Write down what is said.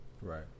Right